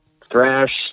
thrash